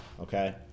okay